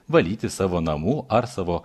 valyti savo namų ar savo